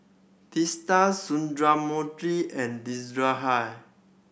Teesta Sundramoorthy and